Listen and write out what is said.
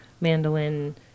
mandolin